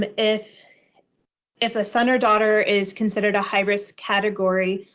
and if if a son or daughter is considered a high-risk category,